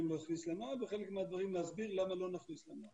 להכניס לנוהל וחלק מהדברים להסביר למה לא נכניס לנוהל.